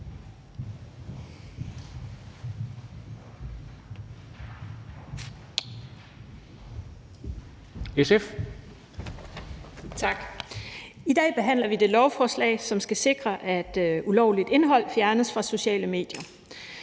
(SF): Tak. I dag behandler vi det lovforslag, som skal sikre, at ulovligt indhold fjernes fra sociale medier.